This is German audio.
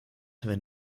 wenn